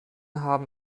haben